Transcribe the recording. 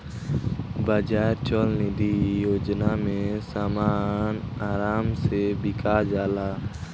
बाजार चल निधी योजना में समान आराम से बिका जाला